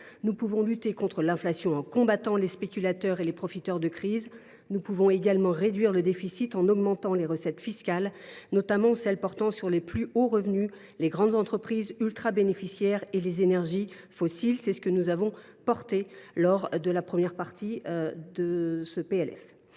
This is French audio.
Nous pouvons lutter contre l’inflation en combattant les spéculateurs et les profiteurs de crise. Nous pouvons également réduire le déficit en augmentant les recettes fiscales, notamment celles qui portent sur les plus hauts revenus, les grandes entreprises ultrabénéficiaires et les énergies fossiles. C’est la position que nous avons défendue lors de l’examen de la première partie de ce